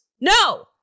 No